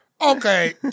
Okay